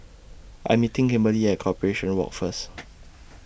I'm meeting Kimberli At Corporation Walk First